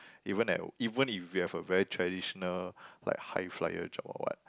even at even if you have a very traditional like high flyer job or what